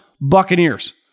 Buccaneers